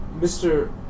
mr